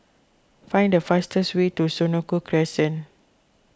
find the fastest way to Senoko Crescent